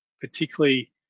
particularly